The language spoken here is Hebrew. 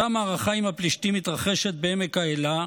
אותה מערכה עם הפלשתים מתרחשת בעמק האלה,